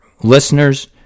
listeners